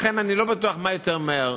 לכן, אני לא בטוח מה יותר מהיר.